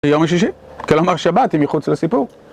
יום השישי? כלומר שבת, היא מחוץ לסיפור